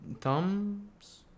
thumbs